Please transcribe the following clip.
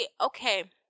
okay